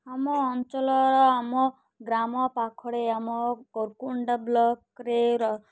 ଆମ ଅଞ୍ଚଳର ଆମ ଗ୍ରାମ ପାଖରେ ଆମ କରୁକୁଣ୍ଡା ବ୍ଲକରେ